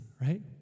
right